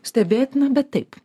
stebėtina bet taip